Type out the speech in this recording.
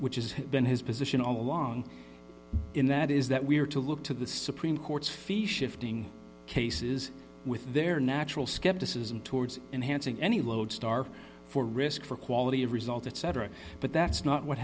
which is has been his position all along in that is that we are to look to the supreme court's fee shifting cases with their natural skepticism towards enhancing any lodestar for risk for quality of result etc but that's not what